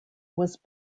was